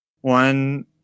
one